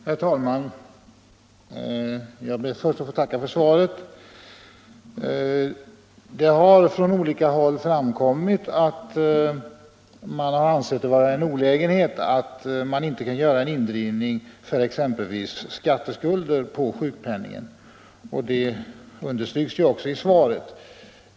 Herr talman! Jag ber först att få tacka för svaret. Det har från olika håll framkommit att man har ansett det vara en olägenhet att inte kunna göra en indrivning av exempelvis skatteskulder på sjukpenningen. Det understryks också i svaret.